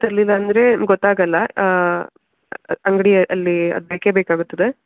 ಅಂದರೆ ಗೊತ್ತಾಗಲ್ಲ ಅಂಗಡಿಯಲ್ಲಿ ಅದು ಬೇಕೇ ಬೇಕಾಗುತ್ತದೆ